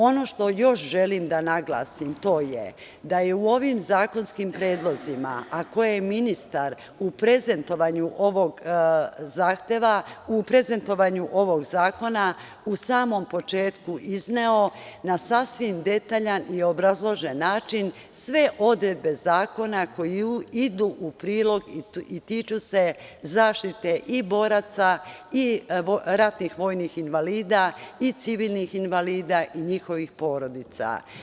Ono što još želim da naglasim, to je da je u ovim zakonskim predlozima, a koje je ministar u prezentovanju ovog zakona u samom početku izneo na sasvim detaljan i obrazložen način, sve odredbe zakona idu u prilog i tiču se zaštite i boraca i ratnih vojnih invalida i civilnih invalida i njihovih porodica.